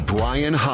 Brian